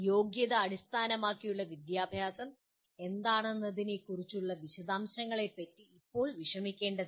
യോഗ്യത അടിസ്ഥാനമാക്കിയുള്ള വിദ്യാഭ്യാസം എന്താണെന്നതിനെക്കുറിച്ചുള്ള വിശദാംശങ്ങളെ പറ്റി ഇപ്പോൾ വിഷമിക്കേണ്ടതില്ല